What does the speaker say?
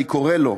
אני קורא לו,